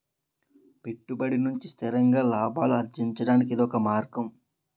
పెట్టుబడి నుంచి స్థిరంగా లాభాలు అర్జించడానికి ఇదొక మార్గం